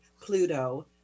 Pluto